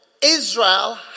Israel